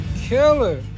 Killer